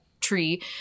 tree